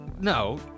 No